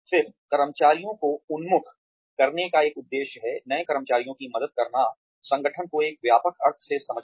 फिर कर्मचारियों को उन्मुख करने का एक और उद्देश्य है नए कर्मचारी की मदद करना संगठन को एक व्यापक अर्थ में समझना